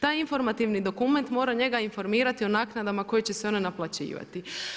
Taj informativni dokument mora njega informirati o naknadama koje se će onda naplaćivati.